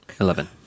Eleven